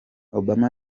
obama